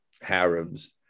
harems